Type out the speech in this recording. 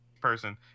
person